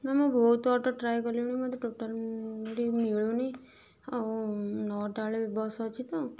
ନା ମୁଁ ବହୁତ ଅଟୋ ଟ୍ରାଏ କଲିଣି ମତେ ଟୋଟାଲ ମିଳୁନି ଆଉ ନଅଟା ବେଳେ ବସ୍ ଅଛି ତ